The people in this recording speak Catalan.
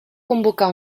convocar